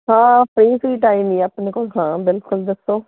ਹਾਂ ਫ੍ਰੀ ਸੀ ਟਾਈਮ ਹੀ ਆਪਣੇ ਕੋਲ ਹਾਂ ਬਿਲਕੁਲ ਦੱਸੋ